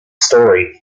story